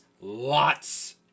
lots